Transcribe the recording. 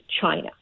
China